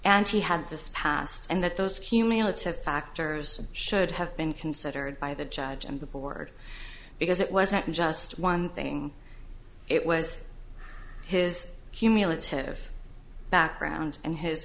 and he had this passed and that those cumulative factors should have been considered by the judge and the board because it wasn't just one thing it was his humility hiv background and his